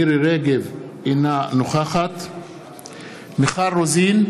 אינה נוכחת מיכל רוזין,